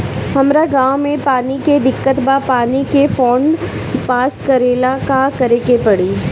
हमरा गॉव मे पानी के दिक्कत बा पानी के फोन्ड पास करेला का करे के पड़ी?